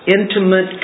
intimate